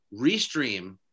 restream